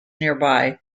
nearby